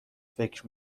فکر